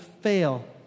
fail